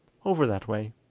over that way